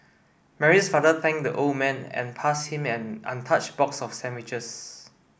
Mary's father thanked the old man and passed him an untouched box of sandwiches